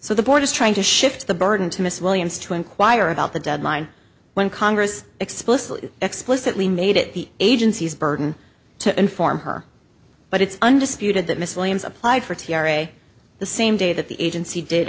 so the board is trying to shift the burden to miss williams to inquire about the deadline when congress explicitly explicitly made it the agency's burden to inform her but it's undisputed that missile applied for t r a the same day that the agency did